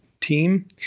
team